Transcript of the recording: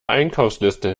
einkaufsliste